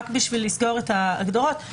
רק בשביל לסגור את ההגדרות,